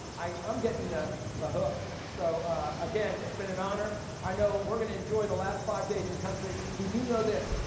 i'm getting the the hook. so again, it's been an honor. i know we're gonna enjoy the last five days in country. we do know this,